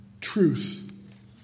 truth